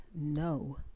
no